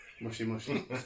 Mushy-mushy